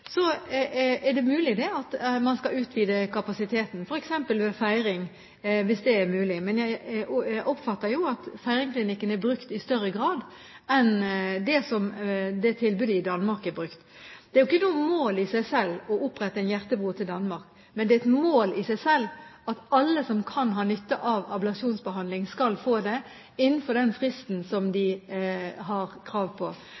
Så er det mulig at man skal utvide kapasiteten, f.eks. ved Feiringklinikken, hvis det er mulig. Men jeg oppfatter at Feiringklinikken blir brukt i større grad enn det tilbudet i Danmark blir brukt. Det er ikke noe mål i seg selv å opprette en hjertebro til Danmark, men det er et mål i seg selv at alle som kan ha nytte av ablasjonsbehandling, skal få det innenfor den fristen som de har krav på.